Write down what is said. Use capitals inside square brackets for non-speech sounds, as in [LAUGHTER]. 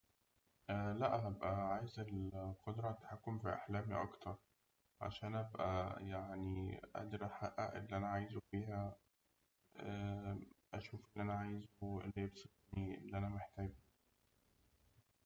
لأ هأبقى عايز القدرة على التحكم في أحلامي أكتر، عشان يعني [HESITATION] أبقى قادر أحقق اللي أنا عايزه فيها [HESITATION] أشوف اللي أنا عايزه، وإيه اللي يبسطني وإيه اللي أنا محتاجه.